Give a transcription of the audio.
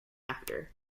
after